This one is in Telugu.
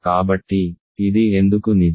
కాబట్టి ఇది ఎందుకు నిజం